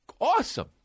Awesome